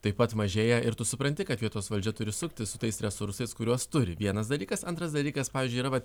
taip pat mažėja ir tu supranti kad vietos valdžia turi suktis su tais resursais kuriuos turi vienas dalykas antras dalykas pavyzdžiui yra vat